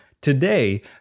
Today